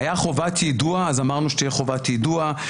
הייתה חובת יידוע, אז אמרנו שתהיה חובת יידוע.